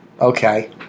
Okay